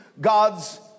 God's